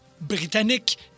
britannique